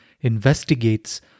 investigates